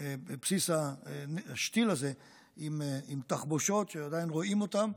את בסיס השתיל עם תחבושות, שעדיין רואים אותן,